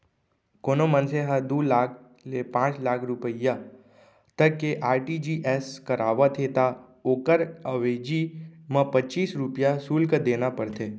कोनों मनसे ह दू लाख ले पांच लाख रूपिया तक के आर.टी.जी.एस करावत हे त ओकर अवेजी म पच्चीस रूपया सुल्क देना परथे